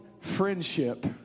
friendship